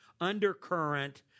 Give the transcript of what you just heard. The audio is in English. undercurrent